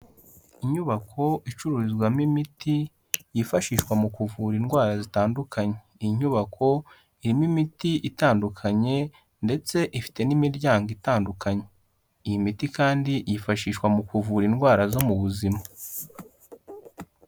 Inyubako icururizwamo imiti yifashishwa mu kuvura indwara zitandukanye, iyi nyubako irimo imiti itandukanye ndetse ifite n'imiryango itandukanye, iyi miti kandi yifashishwa mu kuvura indwara zo mu buzima.